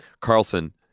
Carlson